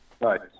Right